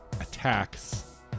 attacks